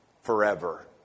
forever